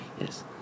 Yes